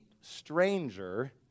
stranger